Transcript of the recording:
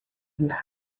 the